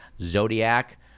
Zodiac